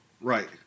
Right